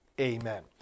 Amen